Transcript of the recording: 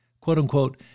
quote-unquote